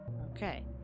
Okay